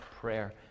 prayer